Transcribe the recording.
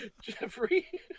Jeffrey